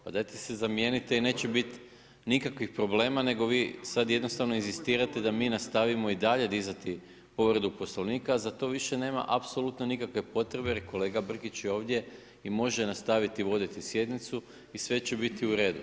Pa dajte se zamijenite i neće biti nikakvih problema, nego vi sada jednostavno inzistirate da mi nastavimo i dalje dizati povredu Poslovnika, a za to više nema apsolutno nikakve potrebe jer kolega Brkić je ovdje i može nastaviti voditi sjednicu i sve će biti u redu.